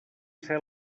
ser